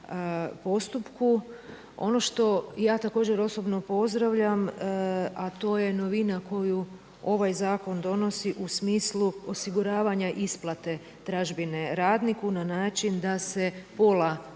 postupku. Ono što ja također osobno pozdravljam a to je novina koju ovaj zakon donosi u smislu osiguravanja isplate tražbine radniku na način da se pola,